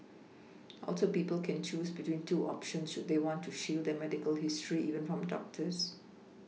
also people can choose between two options should they want to shield their medical history even from doctors